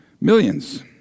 millions